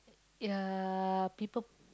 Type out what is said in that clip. ya people